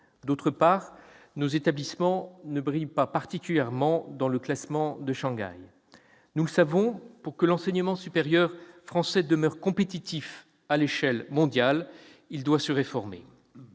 d'autre part, nos établissements ne brillent pas particulièrement dans le classement de Shanghai. Nous le savons, pour que l'enseignement supérieur français demeure compétitif à l'échelle mondiale, il doit se réformer.